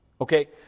Okay